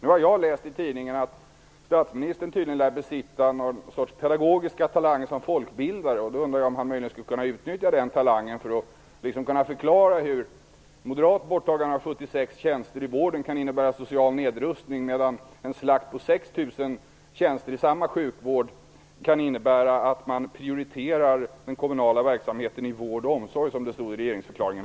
Jag har läst i tidningen att statsministern lär besitta vissa pedagogiska talanger som folkbildare. Jag undrar om statsministern skulle kunna utnyttja den talangen för att förklara hur moderat borttagande av 76 tjänster i vården kunde innebära social nedrustning, medan en slakt på 6 000 tjänster i samma sjukvård kan innebära att man prioriterar den kommunala verksamheten i vård och omsorg, som det står i regeringsförklaringen.